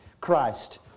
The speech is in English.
Christ